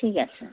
ঠিক আছে অঁ